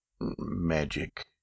magic